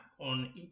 on